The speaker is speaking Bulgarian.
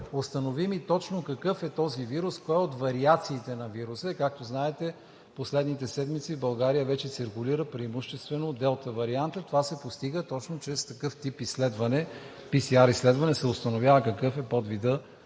установим и точно какъв е този вирус, кой от вариациите на вируса е. Както знаете последните седмици в България вече циркулира преимуществено Делта вариантът. Това се постига точно чрез такъв тип изследване – PСR изследване, се установява какъв е подвидът